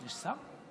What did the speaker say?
יש שר?